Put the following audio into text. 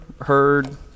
heard